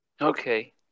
okay